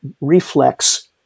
reflex